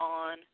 on